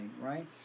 right